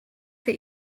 that